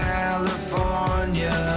California